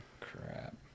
Crap